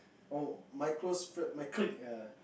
oh my close friend my clique ya